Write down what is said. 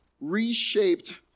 reshaped